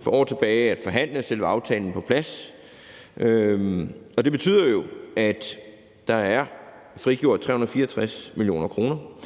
for år tilbage været med til at forhandle aftalen på plads – og det betyder jo, at der er frigjort 364 mio. kr.